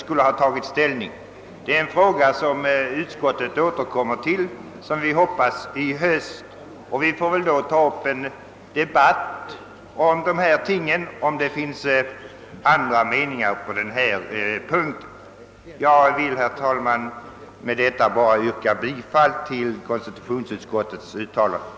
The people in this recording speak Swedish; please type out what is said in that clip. Utskottet får, som vi hoppas, under hösten tillfälle återkomma till denna fråga, och det blir väl då möjligt att ta upp en debatt om eventuella synpunkter i ärendet. Herr talman! Jag vill med det anförda endast yrka bifall till utskottets hemställan.